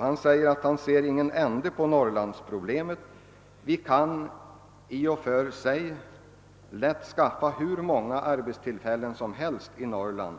Han sade nämligen att han inte ser någon ände på Norrlandsproblemet och att det i och för sig lätt kan skapas hur många arbetstillfällen som helst i Norrland.